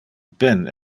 ben